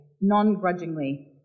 non-grudgingly